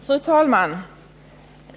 Fru talman!